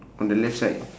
on the left side